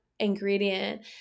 ingredient